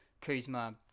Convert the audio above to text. Kuzma